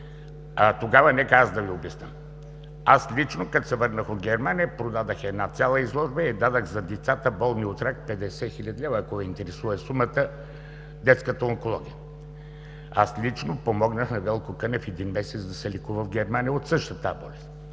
Тогава нека аз да Ви обясня. Аз лично, като се върнах от Германия, продадох една цяла изложба и я дадох за децата, болни от рак – 50 хил. лв., ако Ви интересува сумата, на Детската онкология. Аз лично помогнах на Велко Кънев един месец да се лекува в Германия от същата тази